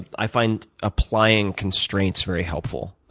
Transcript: i find applying constraints very helpful,